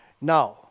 Now